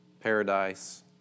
paradise